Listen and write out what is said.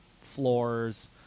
floors